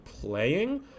playing –